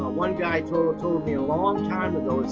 ah one guy told told me a long time ago,